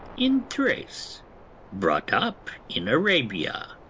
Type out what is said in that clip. in thrace brought up in arabia.